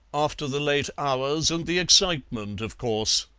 after the late hours and the excitement, of course,